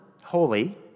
holy